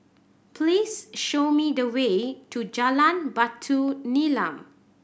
please show me the way to Jalan Batu Nilam